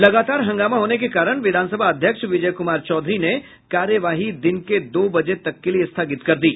लगातार हंगामा होने के कारण विधानसभा अध्यक्ष विजय क्मार चौधरी ने कार्यवाही दिन के दो बजे तक के लिए स्थगित कर दी